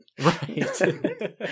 right